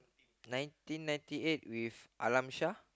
nineteen ninety eight with Alamshar